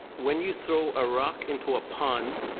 when you throw a rock into a pond